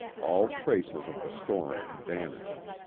all traces of the storm had vanished.